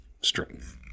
strength